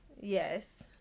yes